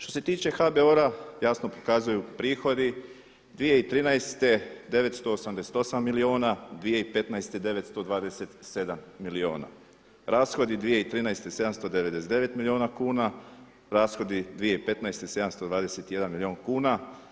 Što se tiče HBOR-a jasno pokazuju prihodi 2013. 988 milijuna, 2015. 927 milijuna, rashodi 2013. 799 milijuna kuna, rashodi 2015. 721 milijun kuna.